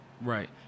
Right